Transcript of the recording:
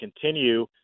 continue